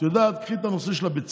את יודעת, קחי את הנושא של הביצים,